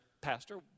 pastor